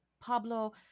Pablo